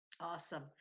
Awesome